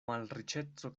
malriĉeco